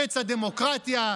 קץ הדמוקרטיה,